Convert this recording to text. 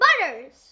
butters